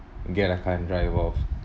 get a car and drive off